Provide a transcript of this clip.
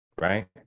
right